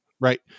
Right